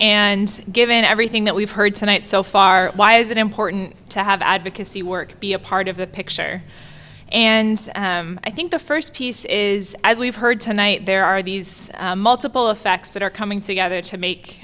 and given everything that we've heard tonight so far why is it important to have advocacy work be a part of the picture and i think the first piece is as we've heard tonight there are these multiple effects that are coming together to make